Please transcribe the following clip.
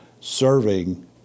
serving